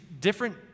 different